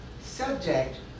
subject